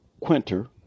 Quinter